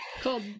called